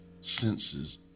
senses